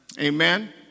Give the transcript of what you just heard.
Amen